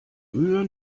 mühe